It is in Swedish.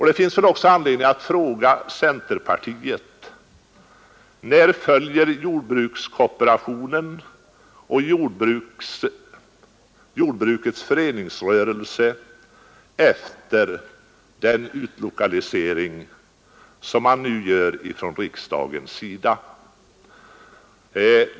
Det finns också anledning att fråga centerpartiet: När följer jordbrukskooperationen och jordbrukets föreningsrörelse efter i den utlokalisering som man nu gör från riksdagens sida?